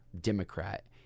Democrat